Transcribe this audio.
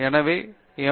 எனவே எம்